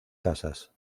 casas